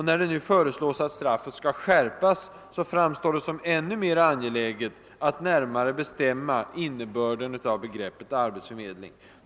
När det nu föreslås att straffet skall skärpas framstår det som ännu mer angeläget att närmare bestämma innebörden av begreppet arbetsförmedling.